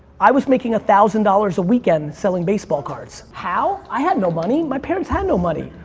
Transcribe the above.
i was making a thousand dollars a weekend selling baseball cards. how? i had no money. my parents had no money.